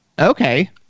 Okay